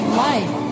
life